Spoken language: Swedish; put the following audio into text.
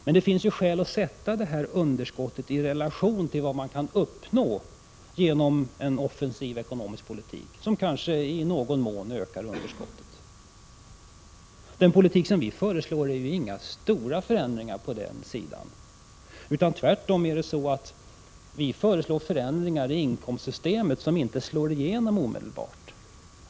Men det finns skäl att sätta detta underskott i relation till vad man kan uppnå genom en offensiv ekonomisk politik som kanske i någon mån ökar underskottet. Den politik som vi föreslår innebär inga stora förändringar på det området. Tvärtom föreslår vi förändringar i inkomstsystemet som inte slår igenom omedelbart.